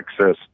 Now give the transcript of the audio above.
access